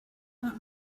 what